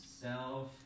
self